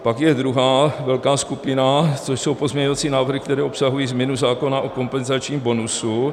Pak je druhá velká skupina, což jsou pozměňovací návrhy, které obsahují změnu zákona o kompenzačním bonusu.